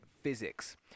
physics